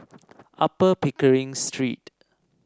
Upper Pickering Street